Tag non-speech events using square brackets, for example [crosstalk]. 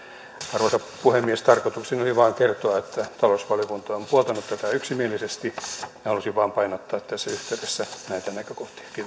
arvoisa puhemies tarkoitukseni oli vain kertoa että talousvaliokunta on puoltanut tätä yksimielisesti ja halusin vain painottaa tässä yhteydessä näitä näkökohtia [unintelligible]